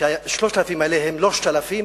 שה-3,000 האלה הם לא 3,000,